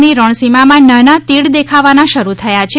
ની રણ સીમામાં નાના તીડ દેખાવાના શરૂ થયા છે